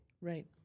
right